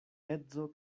edzo